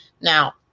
Now